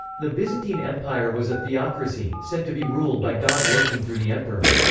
the byzantine empire was a theocracy, said to be ruled by god working through the emperor.